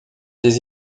des